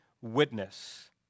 witness